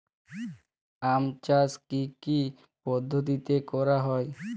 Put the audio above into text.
আম চাষ কি কি পদ্ধতিতে করা হয়?